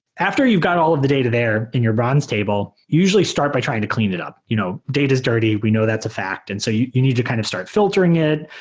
after you've got all of the data there in your bronze table, usually start by trying to clean it up. you know data is dirty. we know that's a fact, and so you you need to kind of start filtering it,